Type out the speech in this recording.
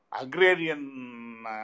agrarian